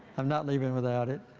i'm not leaving without it.